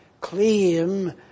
claim